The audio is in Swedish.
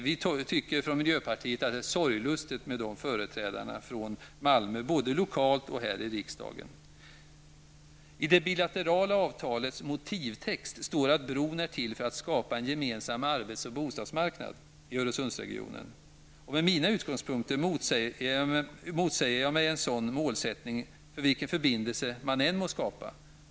Vi tycker från miljöpartiet att de företrädarna för Malmö är sorglustiga, både lokalt och här i riksdagen. I det bilaterala avtalets motivtext står att bron är till för att skapa en gemensam arbets och bostadsmarknad i Öresundsregionen. Med mina utgångspunkter motsätter jag mig en sådan målsättning, för vilken förbindelse man än må skapa.